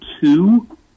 two